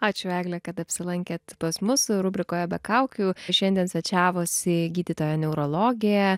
ačiū egle kad apsilankėt pas mus rubrikoje be kaukių šiandien svečiavosi gydytoja neurologė